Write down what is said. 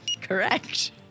Correct